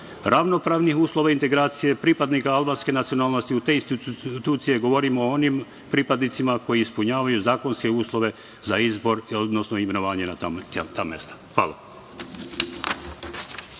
ravnopravnih uslova integracija pripadnika albanske nacionalnosti u te institucije, govorim o onim pripadnicima koji ispunjavaju zakonske uslove za izbor, odnosno imenovanje na ta mesta. Hvala